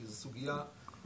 כי זו סוגיה מורכבת,